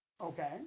Okay